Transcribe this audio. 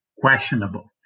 questionable